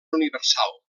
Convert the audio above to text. universal